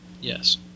Yes